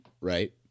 Right